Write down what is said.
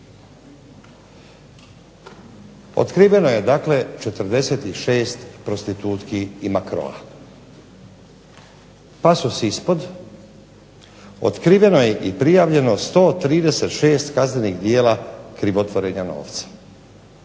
Otkriveno je dakle 46 prostitutki i makroa. Pasus ispod, otkriveno je i prijavljeno 136 kaznenih djela krivotvorenja novca.